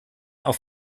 auf